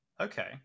Okay